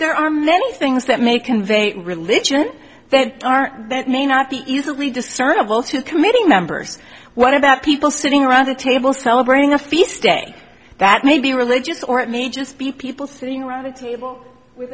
there are many things that may convey a religion they aren't that may not be easily discernable to committee members what about people sitting around the table celebrating a feast day that may be religious or it may just be people sitting around a table